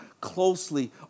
closely